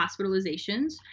hospitalizations